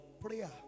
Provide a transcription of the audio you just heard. prayer